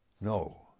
No